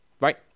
right